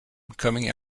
coming